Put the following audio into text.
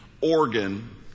organ